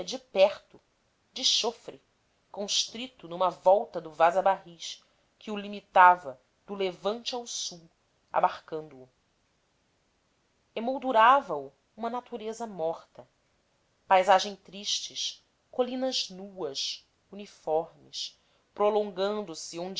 perto de chofre constrito numa volta do vaza barris que o limitava do levante ao sul abarcando o emoldurava o uma natureza morta paisagens tristes colinas nuas uniformes prolongando se